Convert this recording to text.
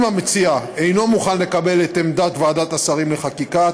אם המציע אינו מוכן לקבל את עמדת ועדת השרים לחקיקה,